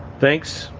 thanks.